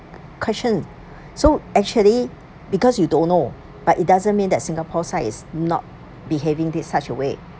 questioned so actually because you don't know but it doesn't mean that singapore side is not behaving this such a way